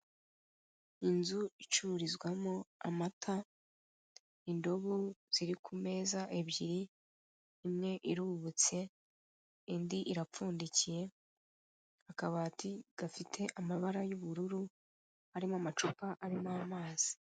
Inzu icururizwamo amata, indobo ziri ku meza ebyiri imwe irubitse indi irapfundikiye akabati gafite ibara ry' ubururu harimo amacupa arimo amazi.